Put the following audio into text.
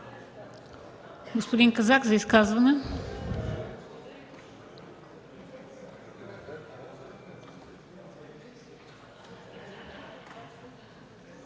Господин Казак – за изказване.